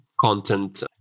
content